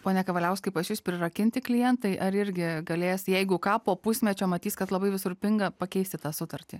pone kavaliauskai pas jus prirakinti klientai ar irgi galės jeigu ką po pusmečio matys kad labai visur pinga pakeisti tą sutartį